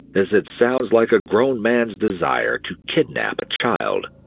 as it sounds like a grown man's desire to kidnap a child.